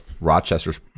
Rochester's